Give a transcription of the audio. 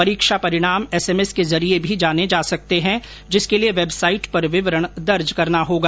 परीक्षा परिणाम एसएमएस के जरिये भी जाने जा सकते हैं जिसके लिए वेबसाइट पर विवरण दर्ज करना होगा